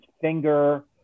finger